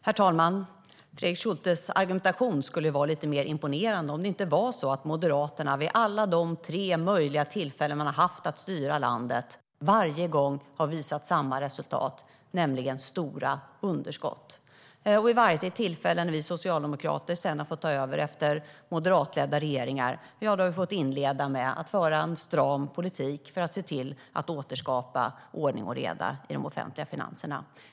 Herr talman! Fredrik Schultes argumentation skulle vara lite mer imponerande om det inte var så att Moderaterna vid alla de tre tillfällen man haft att styra landet visat samma resultat varje gång, nämligen stora underskott. När vi socialdemokrater sedan fått ta över efter moderatledda regeringar har vi vid varje tillfälle fått inleda med att föra en stram politik för att se till att återskapa ordning och reda i de offentliga finanserna.